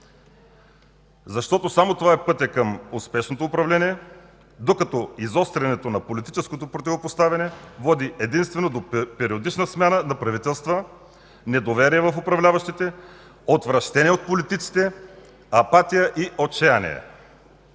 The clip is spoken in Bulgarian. защото само това е пътят към успешното управление, докато изострянето на политическото противопоставяне води единствено до периодична смяна на правителства, недоверие в управляващите, отвращение от политиците, апатия и отчаяние,